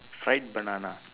fried banana